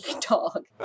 dog